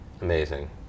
Amazing